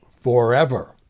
forever